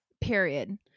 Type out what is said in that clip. Period